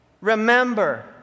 remember